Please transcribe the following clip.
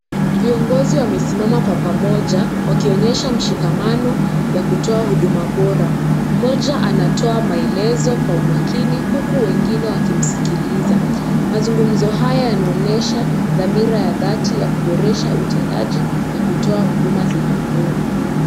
Viongozi wamesimama kwa pamoja wakionyesha mshikamano wa kutoa huduma bora mmoja anatoa maelezo kwa umakini huku wengine wqkimsikiliza. Mazungumzo haya yanonyesha dhamira ya dhati ya kuboresha utendaji na huduma zenye ubora.